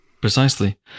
precisely